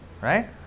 right